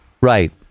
Right